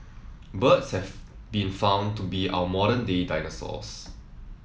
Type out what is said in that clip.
birds have been found to be our modern day dinosaurs